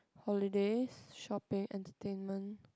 holidays shopping entertainment